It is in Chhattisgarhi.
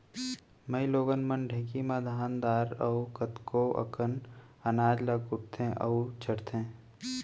माइलोगन मन ढेंकी म धान दार अउ कतको अकन अनाज ल कुटथें अउ छरथें